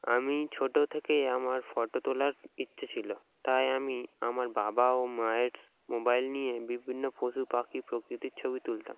আমি ছোটো থেকেই আমার ফটো তোলার ইচ্ছে ছিলো তাই আমি আমার বাবা ও মায়ের মোবাইল নিয়ে বিভিন্ন পশু পাখি প্রকৃতির ছবি তুলতাম